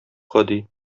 гади